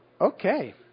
Okay